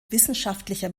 wissenschaftlicher